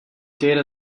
data